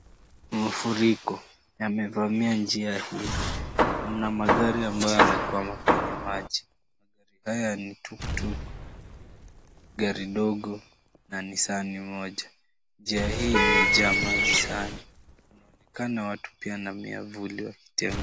Mafuriko yamevamia njia hii, mna magari ambayo yamekwama kwenye maji. Magari haya ni tuktuk, gari dogo na nissan moja. Njia hii imejaa maji sana kunaonekana watu pia na miavuli wakitembea.